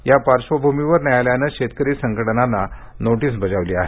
या पार्श्वभूमीवर न्यायालयानं शेतकरी संघटनांना नोटीस बजावली आहे